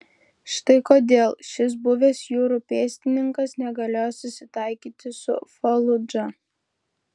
štai kodėl šis buvęs jūrų pėstininkas negalėjo susitaikyti su faludža